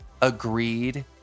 agreed